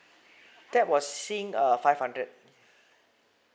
that was sing uh five hundred